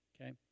okay